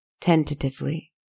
Tentatively